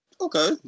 Okay